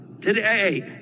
Today